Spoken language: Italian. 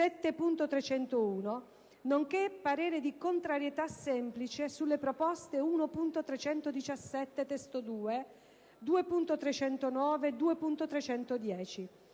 7.301, nonché parere di contrarietà semplice sulle proposte 1.317 (testo 2), 2.309 e 2.310.